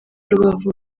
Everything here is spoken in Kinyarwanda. rubavu